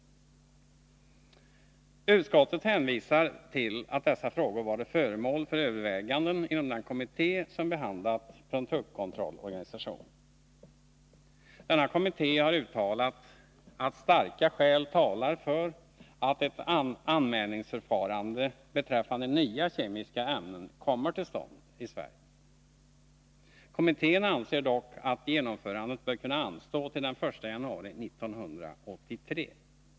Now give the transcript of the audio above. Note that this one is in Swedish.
Utskottet hänvisar till att dessa frågor varit föremål för överväganden inom den kommitté som behandlat produktkontrollorganisationen. Denna kommitté har uttalat att starka skäl talar för att ett anmälningsförfarande beträffande nya kemiska ämnen kommer till stånd i Sverige. Kommittén anser dock att genomförandet bör kunna anstå till den 1 januari 1983.